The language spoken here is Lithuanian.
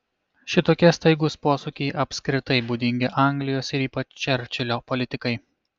šitokie staigūs posūkiai apskritai būdingi anglijos ir ypač čerčilio politikai